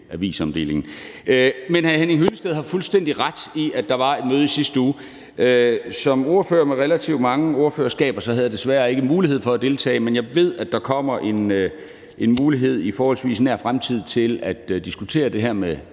Men hr. Henning Hyllested har fuldstændig ret i, at der var et møde i sidste uge. Som ordfører med relativt mange ordførerskaber havde jeg desværre ikke mulighed for at deltage, men jeg ved, at der kommer en mulighed i forholdsvis nær fremtid til at diskutere det her med